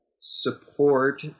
support